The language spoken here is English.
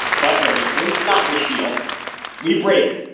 but noticeably not in the spiel we break.